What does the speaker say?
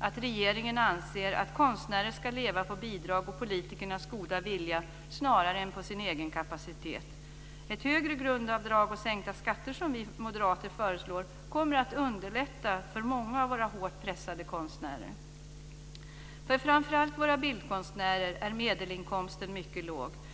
att regeringen anser att konstnärer ska leva på bidrag och på politikernas goda vilja snarare än på sin egen kapacitet. Ett högre grundavdrag och sänkta skatter, som vi moderater föreslår, kommer att underlätta för många av våra hårt pressade konstnärer. För framför allt våra bildkonstnärer är medelinkomsten mycket låg.